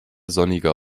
sonniger